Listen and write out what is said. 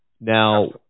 Now